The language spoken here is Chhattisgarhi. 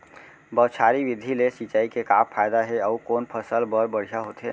बौछारी विधि ले सिंचाई के का फायदा हे अऊ कोन फसल बर बढ़िया होथे?